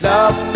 Love